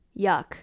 Yuck